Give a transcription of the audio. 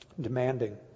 demanding